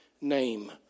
name